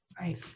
Right